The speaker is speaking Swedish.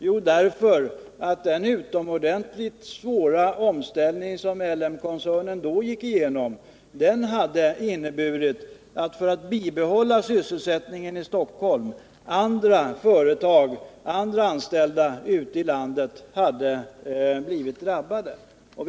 Jo, på grund av den utomordentligt svåra omställning som LM-koncernen då gick igenom skulle ett bibehållande av samma sysselsättning i Stockholm ha drabbat anställda vid andra företag ute i landet.